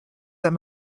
that